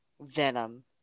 Venom